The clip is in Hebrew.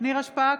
נירה שפק,